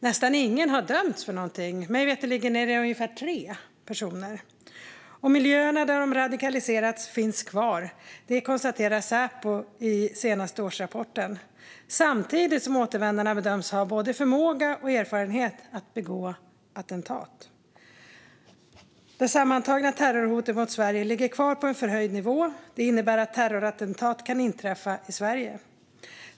Nästan ingen har dömts för någonting - mig veterligen är det ungefär tre personer - och miljöerna där de radikaliserats finns kvar. Det konstaterar Säpo i den senaste årsrapporten. Samtidigt bedöms återvändarna ha både förmåga och erfarenhet av att begå attentat. Det sammantagna terrorhotet mot Sverige ligger kvar på en förhöjd nivå, vilket innebär att terrorattentat kan inträffa i Sverige.